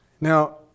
Now